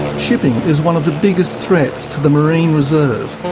shipping is one of the biggest threats to the marine reserve,